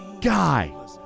guy